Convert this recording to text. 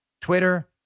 Twitter